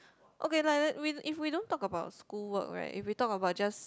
okay like if if we don't talk about school work right if we talk about just